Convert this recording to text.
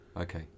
Okay